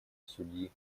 судьи